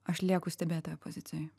aš lieku stebėtojo pozicijoj